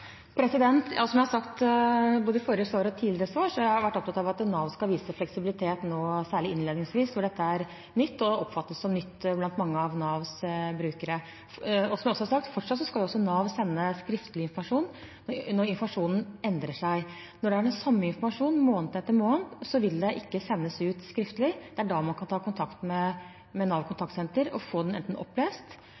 Som jeg har sagt, både i det forrige svaret og i tidligere svar, har jeg vært opptatt av at Nav skal vise fleksibilitet særlig innledningsvis, når dette er nytt og oppfattes som nytt blant mange av Navs brukere. Som jeg også har sagt, skal Nav fortsatt sende skriftlig informasjon når informasjonen endrer seg. Når det er den samme informasjonen måned etter måned, vil det ikke sendes ut skriftlig. Det er da man kan ta kontakt med NAV